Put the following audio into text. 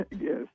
Yes